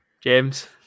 James